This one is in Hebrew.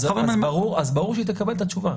אז ברור שהיא תקבל את התשובה.